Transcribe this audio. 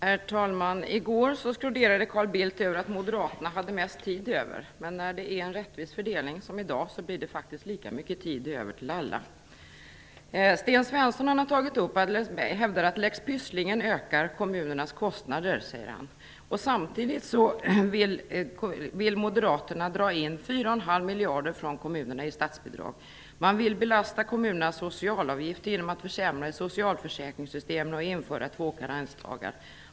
Herr talman! I går skroderade Carl Bildt över att moderaterna hade mest tid över. När det är en rättvis fördelning, som i dag, blir det faktiskt lika mycket tid över till alla. Sten Svensson hävdar att lex Pysslingen ökar kommunernas kostnader. Samtidigt vill moderaterna dra in 4,5 miljarder från kommunernas statsbidrag. Man vill belasta kommunernas socialavgifter genom att försämra i socialförsäkringssystemen och införa två karensdagar.